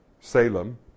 Salem